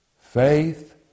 Faith